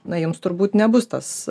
na jums turbūt nebus tas